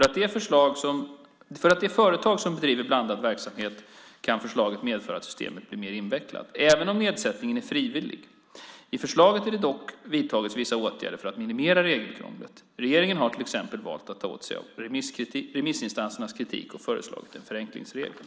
För de företag som bedriver blandad verksamhet kan förslaget medföra att systemet bli mer invecklat, även om nedsättningen är frivillig. I förslaget har dock vidtagits vissa åtgärder för att minimera regelkrånglet. Regeringen har till exempel valt att ta åt sig av remissinstansernas kritik och föreslagit en förenklingsregel.